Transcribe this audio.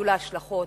יהיו לכך השלכות,